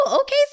okay